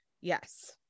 yes